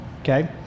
Okay